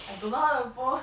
I don't know how to pose